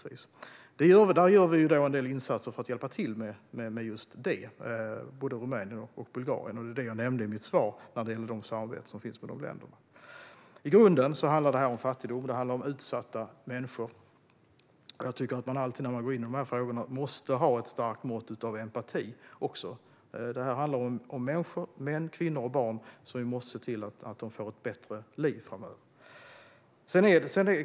Vi gör en del insatser för att hjälpa till med just det, i både Rumänien och Bulgarien. Det var det jag nämnde i mitt svar när det gällde samarbeten med de länderna. Det här handlar i grunden om fattigdom, och det handlar om utsatta människor. När man går in i de här frågorna måste man alltid ha ett starkt mått av empati. Det handlar om människor - män, kvinnor och barn. Vi måste se till att de får ett bättre liv framöver.